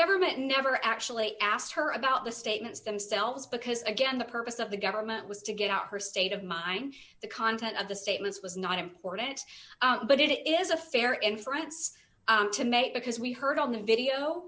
government never actually asked her about the statements themselves because again the purpose of the government was to get out her state of mind the content of the statements was not important but it is a fair inference to make because we heard on the video